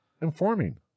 informing